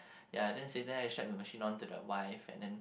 ya then sit there extract the machine onto the wife